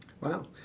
Wow